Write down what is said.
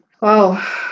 wow